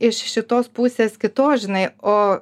iš šitos pusės kitos žinai o